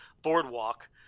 boardwalk